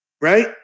right